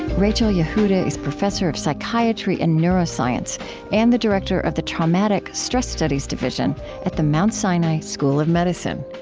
rachel yehuda is professor of psychiatry and neuroscience and the director of the traumatic stress studies division at the mount sinai school of medicine.